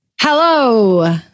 Hello